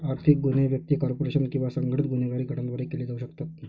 आर्थिक गुन्हे व्यक्ती, कॉर्पोरेशन किंवा संघटित गुन्हेगारी गटांद्वारे केले जाऊ शकतात